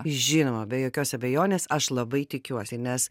žinoma be jokios abejonės aš labai tikiuosi nes